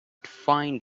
find